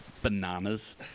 bananas